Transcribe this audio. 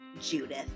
Judith